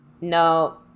no